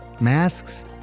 masks